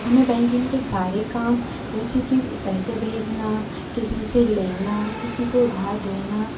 हमें बैंकिंग के सारे काम जैसे कि पैसे भेजना किसी से लेना किसी को उधार देना